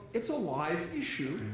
it's a live issue.